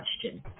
question